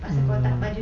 mm